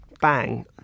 bang